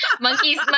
monkeys